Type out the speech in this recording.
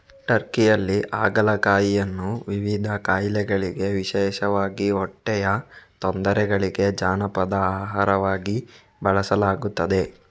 ಟರ್ಕಿಯಲ್ಲಿ ಹಾಗಲಕಾಯಿಯನ್ನು ವಿವಿಧ ಕಾಯಿಲೆಗಳಿಗೆ ವಿಶೇಷವಾಗಿ ಹೊಟ್ಟೆಯ ತೊಂದರೆಗಳಿಗೆ ಜಾನಪದ ಆಹಾರವಾಗಿ ಬಳಸಲಾಗುತ್ತದೆ